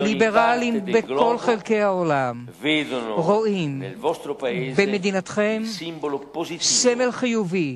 הליברלים בכל חלקי העולם רואים במדינתכם סמל חיובי,